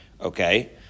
okay